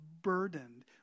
burdened